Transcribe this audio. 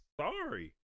sorry